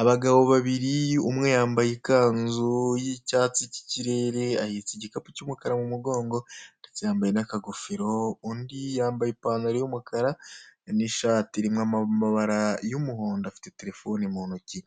Abagabo babiri umwe yambaye ikanzu y'icyats k'ikirere, ahetse igikapu cy'umukara mu mugongo, ndetse yambaye n'akagofero, undi yambaye ipantaro y'umukara, n'ishati irimo amabara y'umuhondo afite telefone mu ntoki.